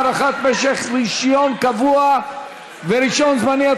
הארכת משך רישיון קבוע ורישיון זמני),